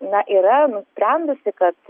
na yra nusprendusi kad